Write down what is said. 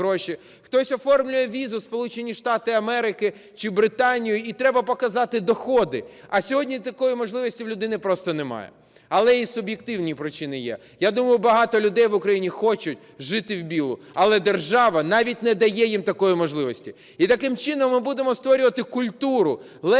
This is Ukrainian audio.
хтось оформлює візу в Сполучені Штати Америки чи Британію, і треба показати доходи, а сьогодні такої можливості в людини просто немає. Але і суб'єктивні причини є. Я думаю, багато людей в Україні хочуть жити " в білу". Але держава навіть не дає їм такої можливості. І таким чином, ми будемо створювати культуру легко